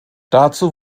dazu